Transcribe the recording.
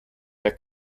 der